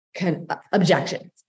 objections